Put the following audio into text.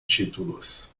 títulos